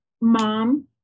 mom